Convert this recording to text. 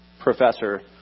professor